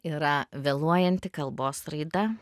yra vėluojanti kalbos raida